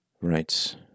Right